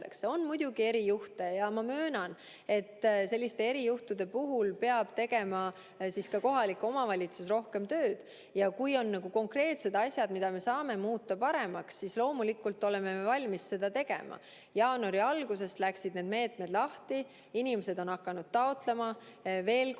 On muidugi erijuhte ja ma möönan, et selliste erijuhtude puhul peab ka kohalik omavalitsus tegema rohkem tööd. Ja kui on konkreetsed asjad, mida me saame muuta paremaks, siis loomulikult oleme me valmis seda tegema. Jaanuari algusest läksid need meetmed lahti, inimesed on hakanud taotlema. Veel kord